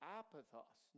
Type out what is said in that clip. apathos